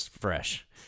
fresh